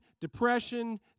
depression